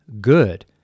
good